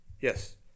yes